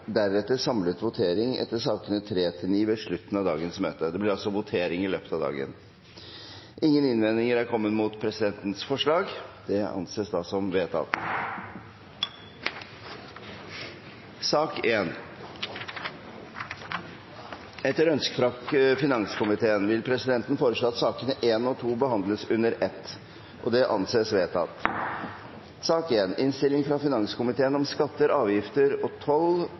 deretter samlet votering etter sakene 3–9 ved slutten av dagens møte. Det blir altså votering i løpet av dagen. – Ingen innvendinger er kommet mot presidentens forslag? – Det anses vedtatt. Etter ønske fra finanskomiteen vil presidenten foreslå at sakene 1 og 2 behandles under ett. – Det anses vedtatt. Etter ønske fra finanskomiteen vil presidenten foreslå at debatten blir begrenset til 1 time og